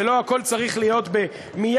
לא הכול צריך להיות מייד,